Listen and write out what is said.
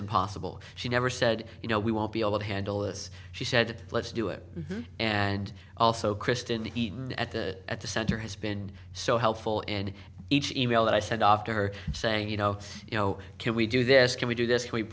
impossible she never said you know we won't be able to handle this she said let's do it and also kristen at the at the center has been so helpful and each email that i said off to her saying you know you know can we do this can we do this we